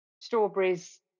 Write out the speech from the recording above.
strawberries